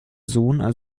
sohn